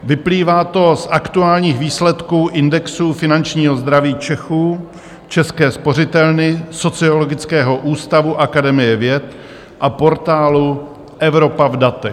Vyplývá to z aktuálních výsledků indexu finančního zdraví Čechů České spořitelny, Sociologického ústavu Akademie věd a portálu Evropa v datech.